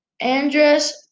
Andres